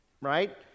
Right